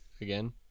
again